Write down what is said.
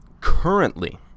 currently